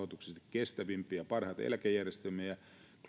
kestävimpiä parhaita eläkejärjestelmiä